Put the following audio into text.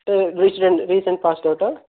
అంటే రీచెన్డ్ recent passed అవుటా